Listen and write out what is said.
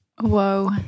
Whoa